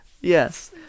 Yes